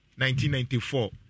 1994